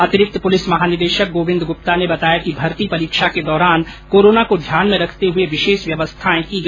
अतिरिक्त पूलिस महानिदेशक गोविंद गृप्ता ने बतायों कि भर्ती परीक्षा के दौरान कोरोना को ध्यान में रखते हुए विशेष व्यवस्थाएं की गई